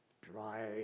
dry